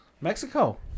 Mexico